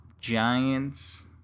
Giants